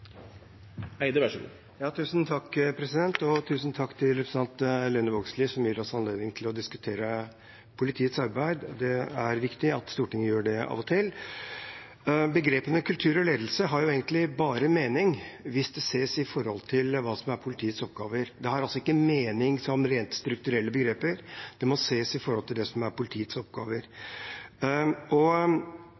Lene Vågslid, som gir oss anledning til å diskutere politiets arbeid. Det er viktig at Stortinget gjør det av og til. Begrepene «kultur» og «ledelse» har egentlig bare en mening hvis de ses i forhold til hva som er politiets oppgaver. De har altså ikke mening som rent strukturelle begreper, de må ses i forhold til det som er politiets oppgaver.